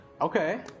Okay